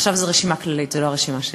ועכשיו זו רשימה כללית, זו לא הרשימה שלי: